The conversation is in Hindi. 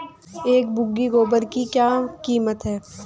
एक बोगी गोबर की क्या कीमत है?